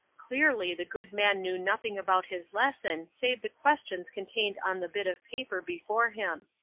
clearly the good man knew nothing about his lesson save the questions contained on the bit of paper before him.